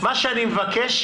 מה שאני מבקש,